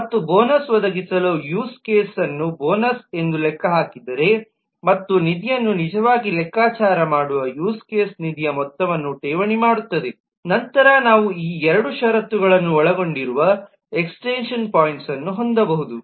ಮತ್ತು ಬೋನಸ್ ಒದಗಿಸಲು use case ನ್ನು ಬೋನಸ್ ಎಂದು ಲೆಕ್ಕಹಾಕಿದರೆ ಮತ್ತು ನಿಧಿಯನ್ನು ನಿಜವಾಗಿ ಲೆಕ್ಕಾಚಾರ ಮಾಡುವ ಯೂಸ್ ಕೇಸ್ ನಿಧಿಯ ಮೊತ್ತವನ್ನು ಠೇವಣಿ ಮಾಡುತ್ತದೆ ನಂತರ ನಾವು ಈ ಎರಡು ಷರತ್ತುಗಳನ್ನು ಒಳಗೊಂಡಿರುವ ಎಕ್ಸ್ಟೆನ್ಶನ್ ಪಾಯಿಂಟ್ನ್ನು ಹೊಂದಬಹುದು